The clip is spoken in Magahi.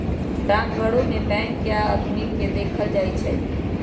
डाकघरो में बैंक के आदमी के देखल जाई छई